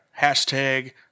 Hashtag